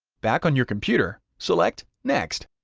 back on your computer, select next.